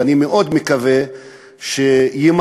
ואני מאוד מקווה שיימצאו